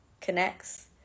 connects